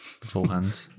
Beforehand